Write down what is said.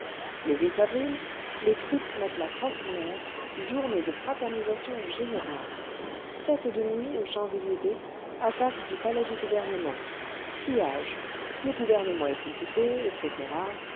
le avril les troupes mettent la crosse en l'air journée de fraternisation générale fête du nuit aux champs-elysées attaque du palais du gouvernement pillage le gouvernement est culbuté etc